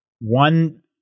one